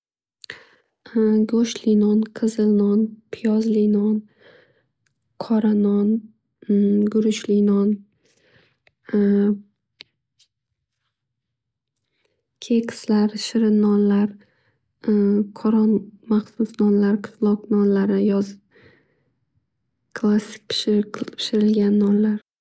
Go'shtli non, qizilnon, piyozli non, qora non, guruchli non, kekslar, shirin nonlar, qoron maxsus nonlar, qishloq nonlari, yoz klassik pishirilgan nonlar.